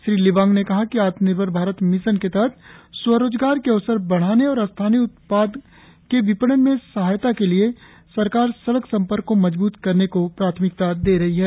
श्री लिबांग ने कहा कि आत्मनिर्भर भारत मिशन के तहत स्वरोजगार के अवसर बढ़ाने और स्थानीय उत्पादन के विपणन में सहायता के लिए सरकार सड़क संपर्क को मजबूत करने को प्राथमिकता दे रही है